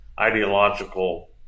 ideological